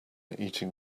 eating